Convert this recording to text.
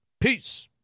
Peace